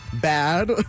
bad